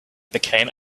became